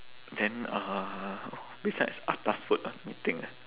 then uh besides atas food ah let me think ah